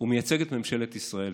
הוא מייצג את ממשלת ישראל.